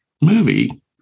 movie